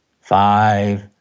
five